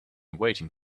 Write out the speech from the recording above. waiting